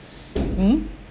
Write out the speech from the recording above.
mm